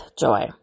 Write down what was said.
joy